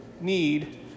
need